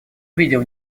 увидел